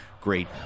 great